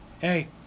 hey